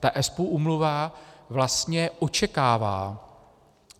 Ta Espoo úmluva vlastně očekává